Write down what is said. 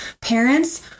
parents